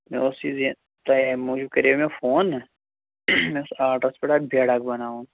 مےٚ اوس یہِ زِ تۄہہِ اَمہِ موٗجوٗب کَرے مےٚ فون نا مےٚ اوس آرڈرَس پٮ۪ٹھ اَکھ بیڈ اَکھ بَناوُن